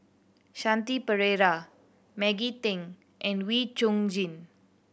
Shanti Pereira Maggie Teng and Wee Chong Jin